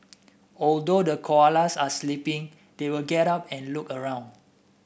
although the koalas are sleeping they will get up and look around